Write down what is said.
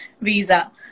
visa